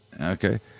Okay